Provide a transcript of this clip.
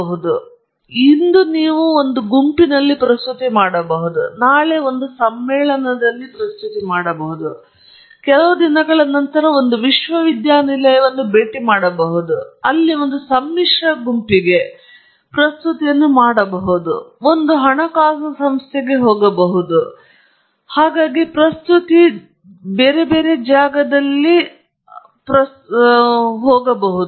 ಆದ್ದರಿಂದ ಇಂದು ನೀವು ನಿಮ್ಮ ಗುಂಪಿನಲ್ಲಿ ಪ್ರಸ್ತುತಿಯನ್ನು ಮಾಡಬಹುದು ನಾಳೆ ನೀವು ಸಮ್ಮೇಳನದಲ್ಲಿ ಪ್ರಸ್ತುತಿಯನ್ನು ಮಾಡಬಹುದು ಕೆಲವು ದಿನಗಳ ನಂತರ ನೀವು ಒಂದು ವಿಶ್ವವಿದ್ಯಾನಿಲಯವನ್ನು ಭೇಟಿ ಮಾಡಬಹುದು ಮತ್ತು ಅಲ್ಲಿ ಒಂದು ಸಮ್ಮಿಶ್ರ ಗುಂಪಿಗೆ ಪ್ರಸ್ತುತಿಯನ್ನು ಮಾಡಬಹುದು ನೀವು ಒಂದು ಹಣಕಾಸು ಸಂಸ್ಥೆಗೆ ಹೋಗಬಹುದು ಪ್ರಸ್ತುತಿ ಮತ್ತು ಹೀಗೆ